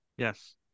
Yes